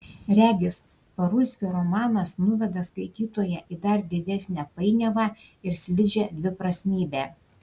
regis parulskio romanas nuveda skaitytoją į dar didesnę painiavą ir slidžią dviprasmybę